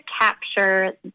capture